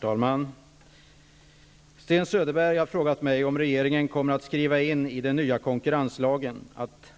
Herr talman! Sten Söderberg har frågat mig om regeringen kommer att skriva in i den nya konkurrenslagen att